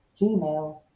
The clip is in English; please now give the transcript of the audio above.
gmail